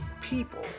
people